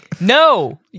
no